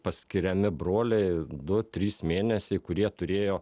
paskiriami broliai du trys mėnesiai kurie turėjo